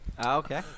okay